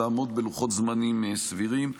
לעמוד בלוחות זמנים סבירים.